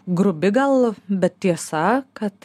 grubi gal bet tiesa kad